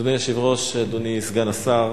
אדוני היושב-ראש, אדוני סגן השר,